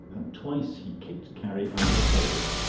and twice he kicked carrie under the table,